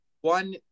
one